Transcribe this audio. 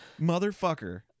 motherfucker